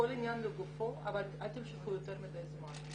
כל עניין לגופו אבל אל תמשכו יותר מדי זמן.